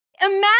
imagine